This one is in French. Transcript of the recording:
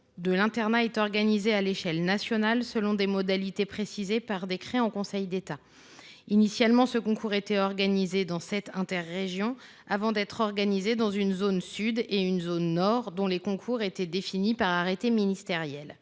de l’internat est organisé à l’échelle nationale, selon des modalités précisées par décret en Conseil d’État. Initialement, il était organisé dans sept interrégions, avant de l’être dans une zone sud et une zone nord, dont les contours étaient définis par arrêté ministériel.